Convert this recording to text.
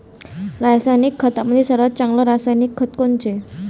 रासायनिक खतामंदी सर्वात चांगले रासायनिक खत कोनचे?